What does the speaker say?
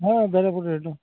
हां दर्यापूर रोडनं